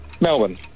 Melbourne